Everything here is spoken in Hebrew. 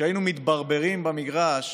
כשהיינו מתברברים במגרש